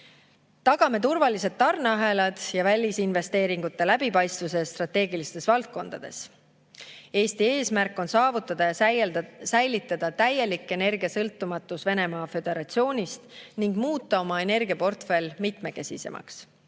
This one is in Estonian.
Tagame turvalised tarneahelad ja välisinvesteeringute läbipaistvuse strateegilistes valdkondades. Eesti eesmärk on saavutada ja säilitada täielik energiasõltumatus Venemaa Föderatsioonist ning muuta oma energiaportfell mitmekesisemaks.